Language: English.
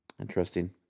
Interesting